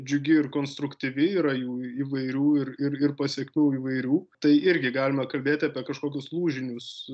džiugi ir konstruktyvi yra jų įvairių ir ir pasekmių įvairių tai irgi galima kalbėti apie kažkokius lūžinius